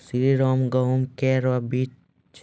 श्रीराम गेहूँ केरो बीज?